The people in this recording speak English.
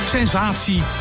Sensatie